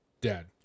dead